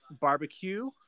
barbecue